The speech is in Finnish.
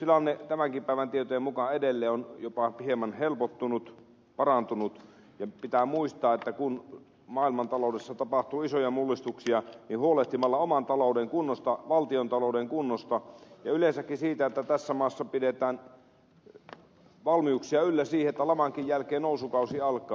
työllisyystilanne tämänkin päivän tietojen mukaan edelleen on jopa hieman helpottunut parantunut ja pitää muistaa että kun maailmantaloudessa tapahtuu isoja mullistuksia niin on huolehdittava oman talouden kunnosta valtiontalouden kunnosta ja yleensäkin siitä että tässä maassa pidetään valmiuksia yllä siihen että lamankin jälkeen nousukausi alkaa